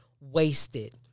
wasted